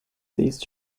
these